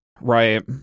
right